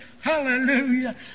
Hallelujah